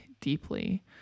deeply